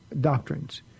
doctrines